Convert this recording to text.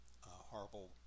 Horrible